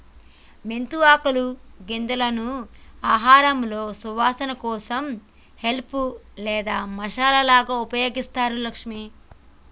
మెంతి ఆకులు గింజలను ఆహారంలో సువాసన కోసం హెల్ప్ లేదా మసాలాగా ఉపయోగిస్తారు లక్ష్మి